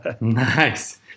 Nice